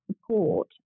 support